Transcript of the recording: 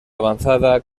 avanzada